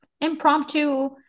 impromptu